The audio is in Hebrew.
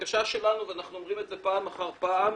הבקשה שלנו, ואנחנו אומרים את זה פעם אחר פעם,